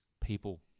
people